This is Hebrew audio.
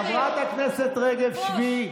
חברת הכנסת רגב, שבי.